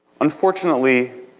unfortunately,